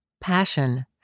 Passion